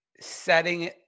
setting